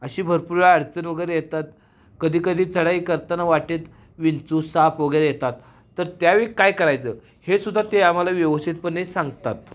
अशी भरपूर वेळा अडचण वगैरे येतात कधी कधी चढाई करताना वाटेत विंचू साप वगैरे येतात तर त्यावेळी काय करायचं हे सुद्धा ते आम्हाला व्यवस्थितपणे सांगतात